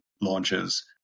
launches